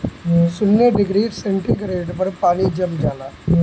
शून्य degree centigrade पर पानी जम जाला